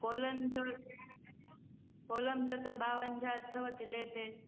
कोलम जो कोलम जो त ॿावंजाह अथव किले ते